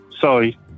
Sorry